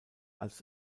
als